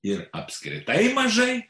ir apskritai mažai